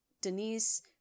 Denise